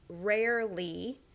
rarely